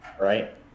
right